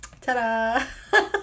Ta-da